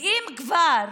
ואם כבר